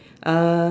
uh